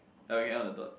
yelling out the thought